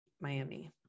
Miami